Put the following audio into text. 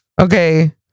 Okay